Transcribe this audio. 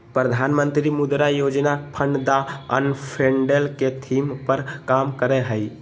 प्रधानमंत्री मुद्रा योजना फंड द अनफंडेड के थीम पर काम करय हइ